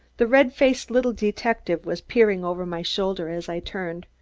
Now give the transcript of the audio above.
the red-faced little detective was peering over my shoulder as i turned.